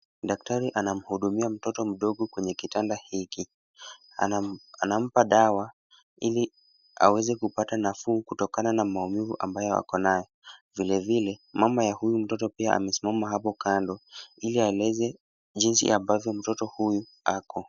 Daktari anamuhudumia mtoto mdogo kwenye kitanda hiki anampa dawa ili aweze kupata nafuu kutokana na maumivu ambayo ako nayo. Vile vile mama ya huyu mtoto pia amesimama hapo kando Ili aelezwe jinsi ambayo mtoto huyu ako.